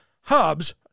hubs